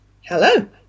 Hello